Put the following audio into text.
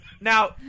Now